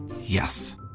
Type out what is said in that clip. Yes